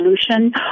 solution